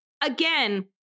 again